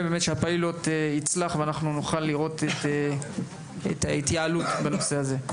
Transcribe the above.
מאוד שהפיילוט יצלח ואנחנו נוכל לראות את ההתייעלות בנושא הזה.